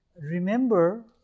Remember